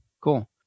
cool